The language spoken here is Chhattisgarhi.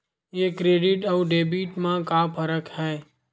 ये क्रेडिट आऊ डेबिट मा का फरक है?